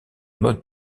mode